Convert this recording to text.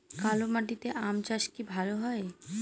কালো মাটিতে আম চাষ কি ভালো হয়?